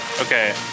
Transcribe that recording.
Okay